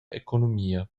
economia